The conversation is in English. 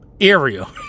area